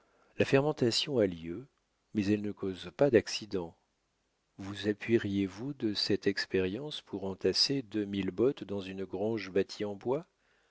la fermentation a lieu mais elle ne cause pas d'accident vous appuieriez vous de cette expérience pour entasser deux mille bottes dans une grange bâtie en bois